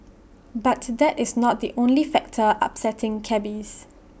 but that is not the only factor upsetting cabbies